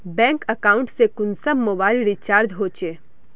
Bank account से कुंसम mobile recharge होचे?